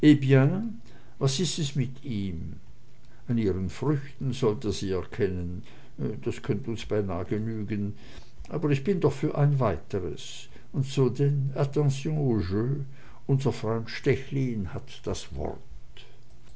was ist es mit ihm an ihren früchten sollt ihr sie erkennen das könnt uns beinahe genügen aber ich bin doch für ein weiteres und so denn attention au jeu unser freund stechlin hat das wort